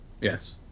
yes